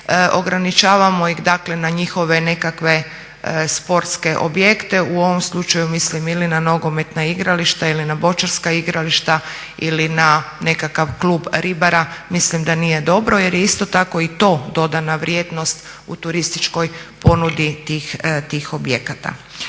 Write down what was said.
ograničavamo ih dakle na njihove nekakve sportske objekte, u ovom slučaju mislim ili na nogometna igrališta ili na boćarska igrališta ili na nekakav klub ribara. Mislim da nije dobro jer je isto tako i to dodana vrijednost u turističkoj ponudi tih, tih objekata.